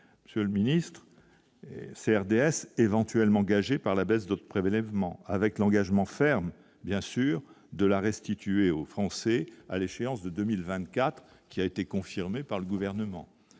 Monsieur le Ministre, CRDS éventuellement gagées par la baisse d'autres prélèvements avec l'engagement ferme bien sûr de la restituer aux Français à l'échéance de 2024 qui a été confirmé par le gouvernement